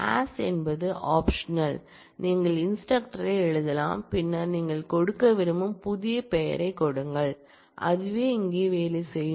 AS என்பது optional நீங்கள் instructor ஐ எழுதலாம் பின்னர் நீங்கள் கொடுக்க விரும்பும் புதிய பெயரை கொடுங்கள் அதுவே இங்கே வேலை செய்யும்